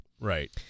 Right